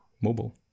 mobile